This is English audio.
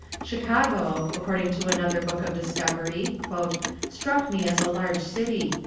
chicago, according to another book of discovery, struck me as a large city.